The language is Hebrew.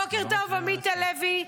בוקר טוב, עמית הלוי.